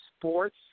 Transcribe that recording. sports